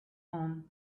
home